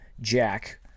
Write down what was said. Jack